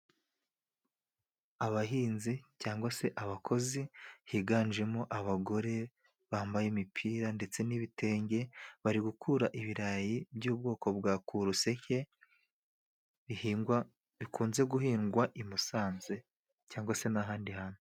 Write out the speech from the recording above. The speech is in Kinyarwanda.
Abahinzi cyangwa se abakozi higanjemo abagore bambaye imipira ,ndetse n'ibitenge ,bari gukura ibirayi by'ubwoko bwa ku ruseke ,bihingwa bikunze guhingwa i musanze cyangwa se n'ahandi hantu.